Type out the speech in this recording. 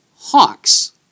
Hawks